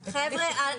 חבר'ה,